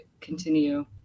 continue